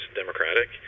democratic